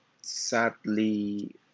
sadly